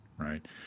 Right